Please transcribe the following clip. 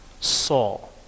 Saul